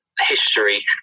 history